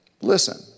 Listen